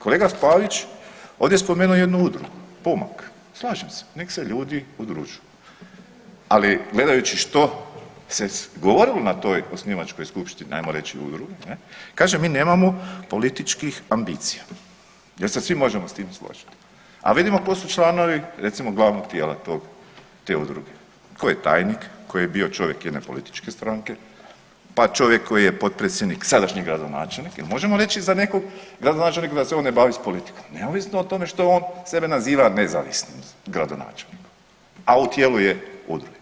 Kolega Pavić ovdje je spomenuo jednu Udrugu Pomak, slažem se, nek se ljudi udružuju, ali gledajući što se govorilo na toj osnivačkoj skupštini ajmo reć udruga ne, kažem mi nemamo političkih ambicija, jer se svi možemo s tim složiti, a vidimo tko su članovi recimo glavnog tijela tog, te udruge, ko je tajnik, ko je bio čovjek jedne političke stranke, pa čovjek koji je potpredsjednik i sadašnji gradonačelnik, jel možemo reći za nekog gradonačelnika da se on ne bavi s politikom neovisno o tome što on sebe naziva nezavisnim gradonačelnikom, a u tijelu je udruge.